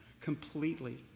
completely